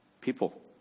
people